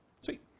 Sweet